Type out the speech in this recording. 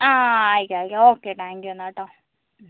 ആ ആയിക്കോ ആയിക്കോ ഓക്കെ താങ്ക് യൂ എന്നാൽ കേട്ടോ മ്